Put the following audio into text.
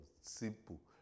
Simple